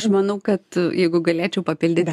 manau kad jeigu galėčiau papildyti